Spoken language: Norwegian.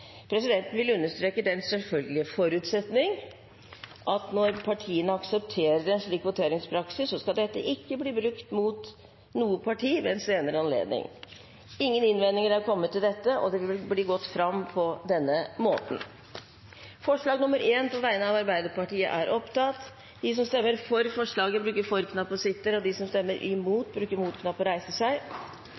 Presidenten vil understreke den selvfølgelige forutsetning at når partiene aksepterer en slik voteringspraksis, skal dette ikke bli brukt mot et parti ved en senere anledning. Ingen innvendinger er kommet mot dette forslaget. – Det